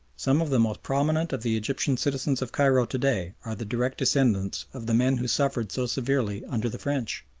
some of the most prominent of the egyptian citizens of cairo to-day are the direct descendants of the men who suffered so severely under the french.